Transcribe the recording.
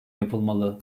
yapılmalı